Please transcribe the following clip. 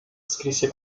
scrisse